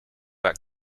back